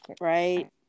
right